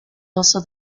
also